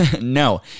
No